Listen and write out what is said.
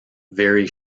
very